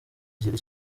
gira